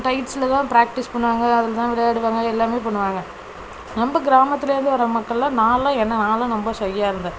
டைட்ஸுல் தான் ப்ராக்டிஸ் பண்ணுவாங்க அதில் அதுதான் விளையாடுவாங்க எல்லாமே பண்ணுவாங்க நம்ப கிராமத்திலேருந்து வர மக்களெலாம் நாலாம் என்ன நாலாம் ரொம்ப ஷையாக இருந்தேன்